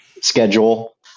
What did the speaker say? schedule